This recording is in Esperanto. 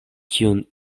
kiun